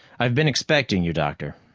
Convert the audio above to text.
i've been expecting you, doctor.